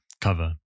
cover